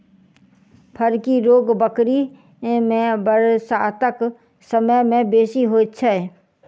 फड़की रोग बकरी मे बरसातक समय मे बेसी होइत छै